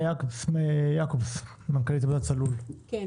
מאיה יעקבס, מנכ"לית עמותת צלול, בבקשה.